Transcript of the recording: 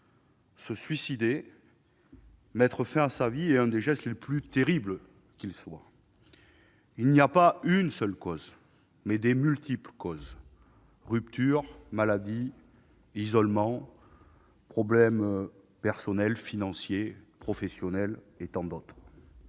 Se suicider, mettre fin à sa vie, c'est l'un des gestes les plus terribles qui soient. Il n'y a pas une seule cause ; elles sont multiples : rupture, maladie, isolement, problèmes personnels, financiers ou professionnels, etc.